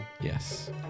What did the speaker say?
Yes